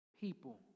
people